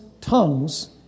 tongues